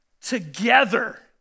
together